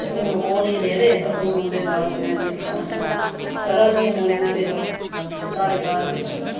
ते हून ओह् नी रेह्दे चते उंदे बाद में दिक्खा दी आं करा दी आं में उंदी सेवा ते साढ़े घर बिच्च